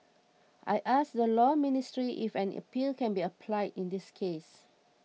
I asked the Law Ministry if an appeal can be applied in this case